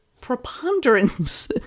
preponderance